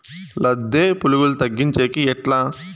లద్దె పులుగులు తగ్గించేకి ఎట్లా?